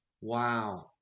Wow